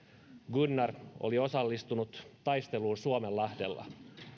gunnar oli osallistunut taisteluun suomenlahdella